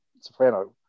soprano